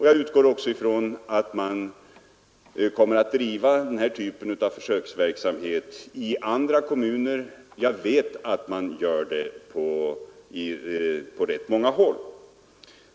Jag utgår också ifrån att man kommer att driva den här typen av försöksverksamhet i andra kommuner; jag vet att man redan gör det på rätt många håll.